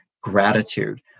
gratitude